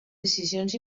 decisions